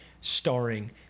Starring